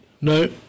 No